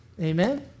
Amen